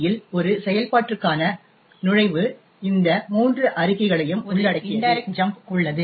யில் ஒரு செயல்பாட்டிற்கான நுழைவு இந்த மூன்று அறிக்கைகளையும் உள்ளடக்கியது முதலில் ஒரு இன்டைரக்ட் ஜம்ப் உள்ளது